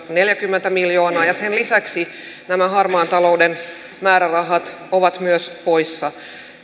neljäkymmentä miljoonaa vuonna kaksituhattayhdeksäntoista ja sen lisäksi nämä harmaan talouden määrärahat ovat myös poissa